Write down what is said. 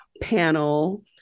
panel